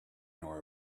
nor